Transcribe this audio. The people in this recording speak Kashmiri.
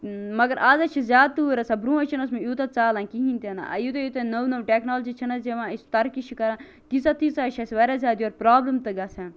مگر آز حظ چھِ زیاد تۭر آسان برونٛہہ حظ چھِ نہ یوتاہ ژالان کِہیٖنۍ تہٕ نہٕ یوتاہ یوتاہ نٔو نٔو ٹیٚکنالجی چھ نہ حظ یِوان ترقی چھِ کران تیٖژاہ تیٖژاہ حظ چھ اَسہِ یورٕ واریاہ زیادٕ پرابلم تہ گَژھان